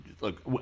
Look